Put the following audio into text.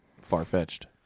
far-fetched